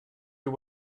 you